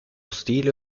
stile